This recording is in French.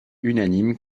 unanime